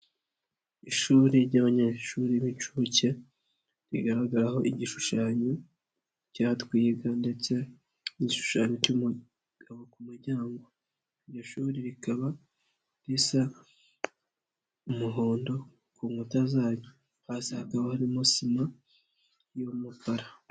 Ishuri ry'abanyeshuri b'inshuke, rigaragaraho igishushanyo cya Twiga ndetse n'igishushanyo cy'umugabo ku muryango, iryo shuri rikaba risa umuhondo ku nkuta zaryo, hasi hakaba harimo sima y'umukara.